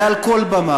מעל כל במה,